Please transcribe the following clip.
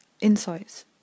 insights